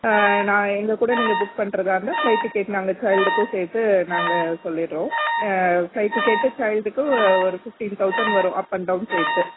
நான் எங்கள் கூட நீங்கள் புக் பண்ணுறதா இருந்தால் ஃப்ளைட் டிக்கெட் நாங்கள் சைல்டுக்கும் சேர்த்து நாங்கள் சொல்லிடுறோம் ஃப்ளைட் டிக்கெட்டு சைல்டுக்கு ஒ ஒரு ஃபிஃப்ட்டீன் தௌசண்ட் வரும் அப் அண்ட் டவுன் சேர்த்து